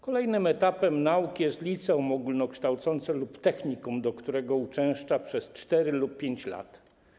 Kolejnym etapem nauki jest liceum ogólnokształcące lub technikum, do którego uczęszcza przez 4 lub 5 lat.